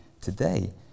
today